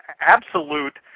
absolute